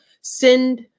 Send